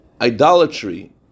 idolatry